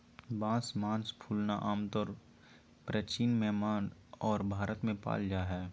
बांस मास फूलना आमतौर परचीन म्यांमार आर भारत में पाल जा हइ